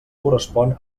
correspon